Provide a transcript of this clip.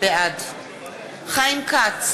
בעד חיים כץ,